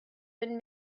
been